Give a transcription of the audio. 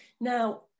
now